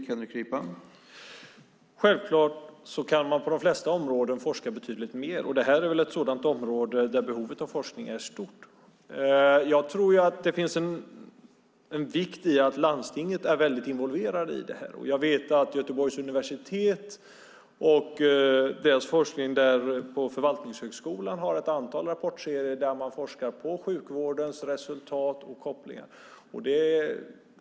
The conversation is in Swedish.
Herr talman! Självklart kan man på de flesta områden forska betydligt mer, och det här är väl ett sådant område där behovet av forskning är stort. Jag tror att det finns en poäng med att landstinget är starkt involverat i detta. Forskningen på Förvaltningshögskolan vid Göteborgs universitet har ett antal rapportserier där man publicerar forskning om sjukvårdens resultat och kopplingar.